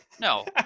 no